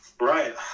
Right